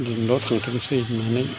दिनल' थांथोंसै होन्नानै